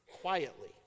quietly